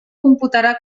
computarà